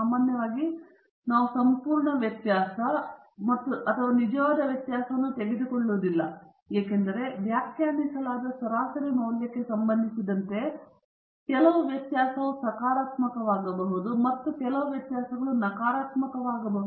ಸಾಮಾನ್ಯವಾಗಿ ನಾವು ಸಂಪೂರ್ಣ ವ್ಯತ್ಯಾಸ ಅಥವಾ ನಿಜವಾದ ವ್ಯತ್ಯಾಸವನ್ನು ತೆಗೆದುಕೊಳ್ಳುವುದಿಲ್ಲ ಏಕೆಂದರೆ ವ್ಯಾಖ್ಯಾನಿಸಲಾದ ಸರಾಸರಿ ಮೌಲ್ಯಕ್ಕೆ ಸಂಬಂಧಿಸಿದಂತೆ ಕೆಲವು ವ್ಯತ್ಯಾಸವು ಸಕಾರಾತ್ಮಕವಾಗಬಹುದು ಮತ್ತು ಕೆಲವು ವ್ಯತ್ಯಾಸಗಳು ನಕಾರಾತ್ಮಕವಾಗಬಹುದು